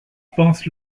pense